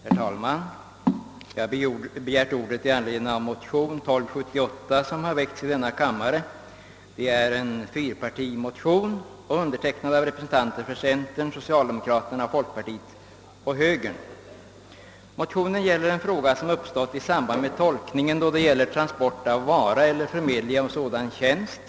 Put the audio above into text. Herr talman! Jag har begärt ordet för att beröra motion 1II:1278 — likalydande med motion 1:1019 — som är en fyrpartimotion och har undertecknats av representanter för centern, Motionen gäller en fråga som uppstått i samband med tolkningen av bestämmelserna angående transport av vara eller förmedling av sådan tjänst.